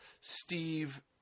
Steve